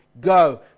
go